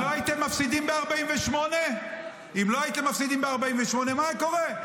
אם לא הייתם מפסידים ב 1948, מה היה קורה?